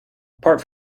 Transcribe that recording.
apart